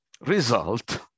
result